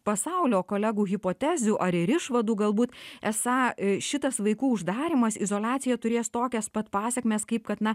pasaulio kolegų hipotezių ar ir išvadų galbūt esą šitas vaikų uždarymas izoliacija turės tokias pat pasekmes kaip kad na